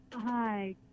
Hi